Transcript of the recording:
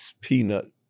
Peanut